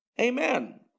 Amen